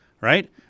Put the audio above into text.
right